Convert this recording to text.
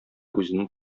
үзенең